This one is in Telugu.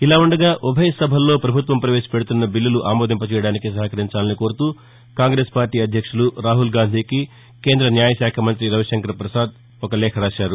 ఇలా ఉండగా ఉభయ సభల్లో ప్రభుత్వం పవేశ పెడుతున్న బిల్లులు ఆమోదింప చేయడానికి సహకరించాలని కోరుతూ కాంగ్రెస్ పార్టీ అధ్యక్షుడు రాహుల్ గాంధీకి కేంద్ర న్యాయశాఖ మంత్రి రవి శంకర్ ఒక లేఖ రాశారు